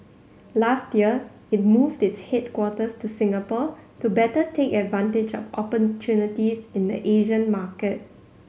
last year it moved its headquarters to Singapore to better take advantage of opportunities in the Asian market